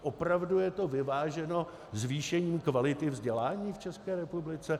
Opravdu je to vyváženo zvýšením kvality vzdělání v České republice?